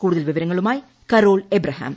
കൂടുതൽ വിവരങ്ങളുമായി Carol Abraham